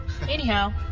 Anyhow